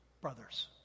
brothers